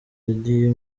yagiye